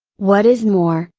what is more,